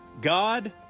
God